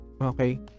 okay